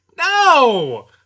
No